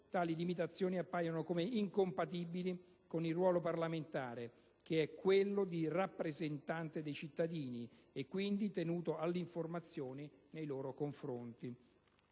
tali limitazioni appaiono come incompatibili con il ruolo del parlamentare, che è quello di rappresentante dei cittadini, e quindi tenuto all'informazione nei loro confronti.